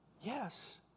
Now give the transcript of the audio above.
Yes